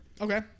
Okay